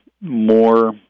more